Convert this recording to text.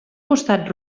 costat